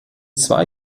zwei